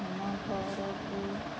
ଆମ ଘରକୁ